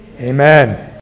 Amen